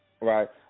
right